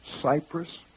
Cyprus